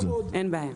אין בעיה.